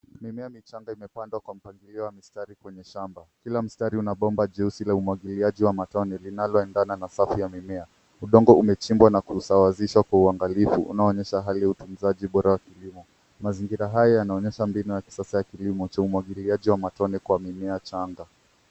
Mimea michanga imeandwa kwa mpangilio wa mistari kwenye shamba. Kila mstari una bomba jeusi la umwagiliaji wa matone linaloendana na safu ya mimea. Udongo umechimbwa na kusawazishwa kwa uangalifu unaoonyesha hali ya utunzaji bora ya kilimo. Mazingira haya yanaonyeha mbinu ya kisasa ya kilimo cha umwagiliaji wa matone kwa mimea changa.